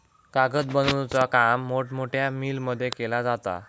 कागद बनवुचा काम मोठमोठ्या मिलमध्ये केला जाता